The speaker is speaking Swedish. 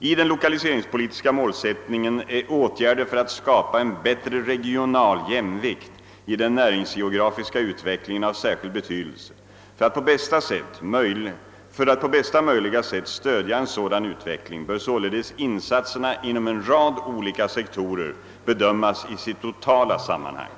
I den lokaliseringspolitiska målsättningen är åtgärder för att skapa en bättre regional jämvikt i den näringsgeografiska utvecklingen av särskild betydelse. För att på bästa möjliga sätt stödja en sådan utveckling bör således insatserna inom en rad olika sektorer bedömas i sitt totala sammanhang.